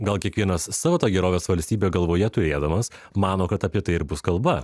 gal kiekvienas savo tą gerovės valstybę galvoje turėdamas mano kad apie tai ir bus kalba